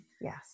Yes